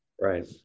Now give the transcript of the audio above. right